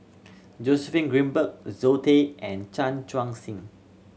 Joseph Grimberg Zoe Tay and Chan Chuang Sing